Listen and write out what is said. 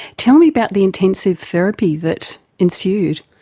tell me about the intensive therapy that ensued.